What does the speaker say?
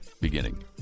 beginning